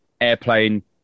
airplane